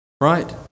right